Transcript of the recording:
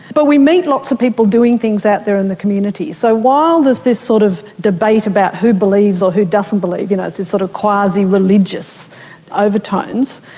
but we meet lots of people doing things out there in the community. so while there this sort of debate about who believes or who doesn't believe, you know it's these sort of quasireligious overtones,